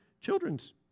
children's